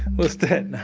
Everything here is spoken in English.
what's that,